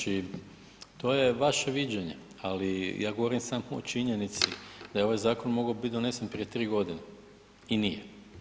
Znači to je vaše viđenje, ali ja govorim samo o činjenici da je ovaj zakon mogao biti donesen prije 3 godine i nije.